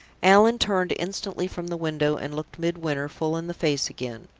allan turned instantly from the window, and looked midwinter full in the face again.